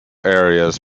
areas